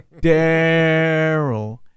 Daryl